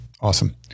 Awesome